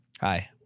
Hi